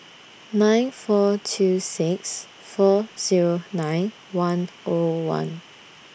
nine four two six four Zero nine one O one